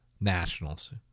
nationals